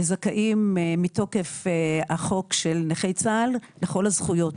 זכאים מתוקף החוק של נכי צה"ל לכל הזכויות.